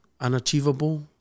unachievable